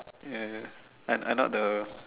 ya I I not the